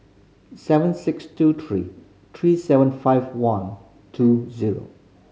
seven six two three three seven five one two zero